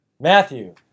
Matthew